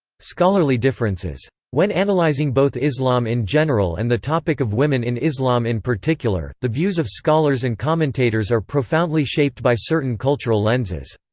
scholarly differences. when and analysing both islam in general and the topic of women in islam in particular, the views of scholars and commentators are profoundly shaped by certain cultural lenses.